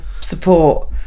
support